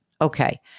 Okay